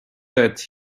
that